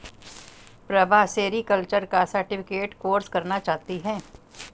Prabha sericulture का certificate course करना चाहती है